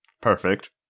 Perfect